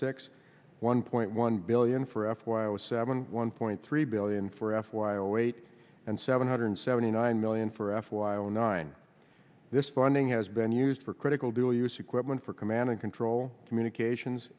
six one point one billion for f y o seven one point three billion for f y o eight and seven hundred seventy nine million for f y o nine this funding has been used for critical dual use equipment for command and control communications